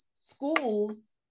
schools